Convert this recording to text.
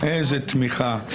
תודה רבה.